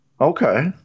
Okay